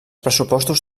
pressupostos